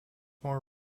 more